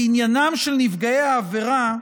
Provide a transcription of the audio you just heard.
בעניינם של נפגעי עבירה,